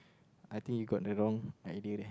I think you got the wrong idea there